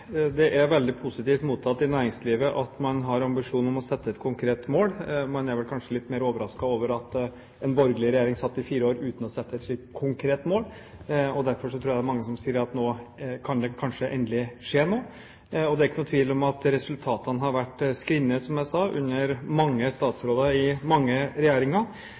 det er veldig positivt mottatt i næringslivet at man har ambisjon om å sette et konkret mål. Man er kanskje litt mer overrasket over at en borgelig regjering satt i fire år uten å sette et slikt konkret mål, og derfor tror jeg det er mange som sier at nå kan det kanskje endelig skje noe. Det er ikke tvil om at resultatene har vært skrinne, som jeg sa, under mange statsråder i mange regjeringer,